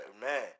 Man